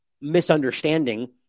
misunderstanding